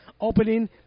opening